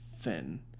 thin